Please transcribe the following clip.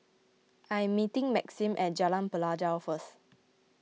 I am meeting Maxim at Jalan Pelajau first